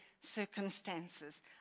circumstances